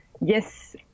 yes